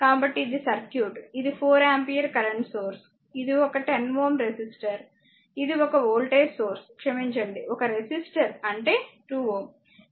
కాబట్టి ఇది సర్క్యూట్ ఇది 4 ఆంపియర్ కరెంట్ సోర్స్ ఇది ఒక 10Ω రెసిస్టర్ ఇది ఒక వోల్టేజ్ సోర్స్ క్షమించండి ఒక రెసిస్టర్ అంటే 2Ω